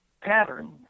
pattern